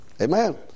Amen